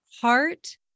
heart